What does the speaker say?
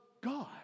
God